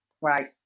Right